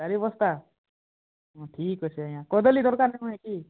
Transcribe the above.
ଚାରି ବସ୍ତା ହଁ ଠିକ୍ ଅଛି ଆଜ୍ଞା କଦଳୀ ଦରକାର୍ ନୁହେଁ କି